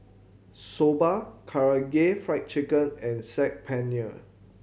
Soba Karaage Fried Chicken and Saag Paneer